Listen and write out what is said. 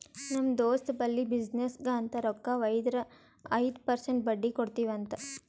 ನಮ್ ದೋಸ್ತ್ ಬಲ್ಲಿ ಬಿಸಿನ್ನೆಸ್ಗ ಅಂತ್ ರೊಕ್ಕಾ ವೈದಾರ ಐಯ್ದ ಪರ್ಸೆಂಟ್ ಬಡ್ಡಿ ಕೊಡ್ತಿವಿ ಅಂತ್